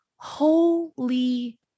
holy